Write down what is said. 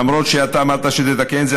למרות שאתה אמרת שתתקן את זה,